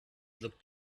looked